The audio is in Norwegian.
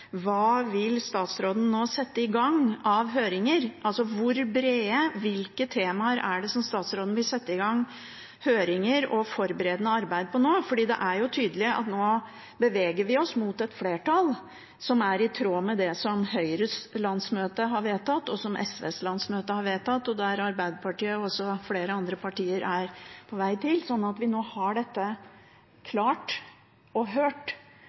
Hva vil statsråden nå sette i gang av høringer? Hvor brede og hvilke temaer vil statsråden sette i gang høringer og forberedende arbeid om nå? Det er jo tydelig at vi nå beveger oss mot et flertall som er i tråd med det som Høyres landsmøte og SVs landsmøte har vedtatt, og som Arbeiderpartiet og også flere andre partier er på vei til – sånn at vi nå har dette klart og hørt,